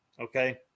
okay